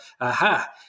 aha